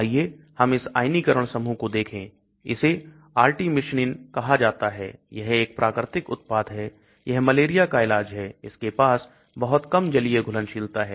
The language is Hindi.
आइए हम इस आयनीकरण समूह को देखें इसे Artemisinin कहां जाता है यह एक प्राकृतिक उत्पाद है यह मलेरिया का इलाज है इसके पास बहुत कम जलीय घुलनशीलता है